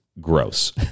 gross